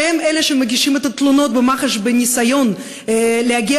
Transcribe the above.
שהם אלה שמגישים את התלונות למח"ש בניסיון להגיע